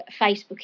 Facebook